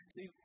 See